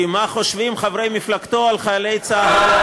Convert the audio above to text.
כי מה חושבים חברי מפלגתו על חיילי צה"ל,